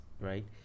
right